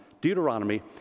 Deuteronomy